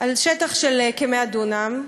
על שטח של כ-100 דונם.